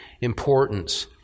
importance